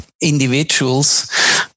individuals